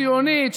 ציונית,